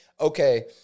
okay